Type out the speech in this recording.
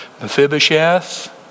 Mephibosheth